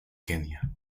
kenia